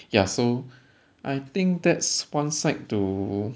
ya so I think that's one side to